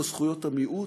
לא זכויות המיעוט,